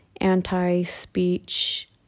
anti-speech